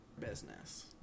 business